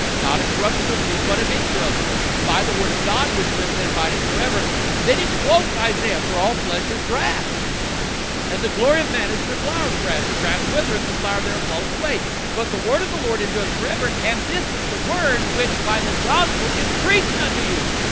not of corruptible seed but of incorruptible by the word of god which liveth and abideth forever and then he quotes isaiah for all flesh is grass and the glory of man is the flower of grass the grass withereth the flower thereof falleth away but the word of the lord endureth forever and this is the word which by the gospel is preached unto you